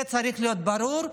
זה צריך להיות ברור,